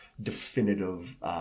definitive